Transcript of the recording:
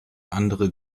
andere